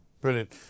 Brilliant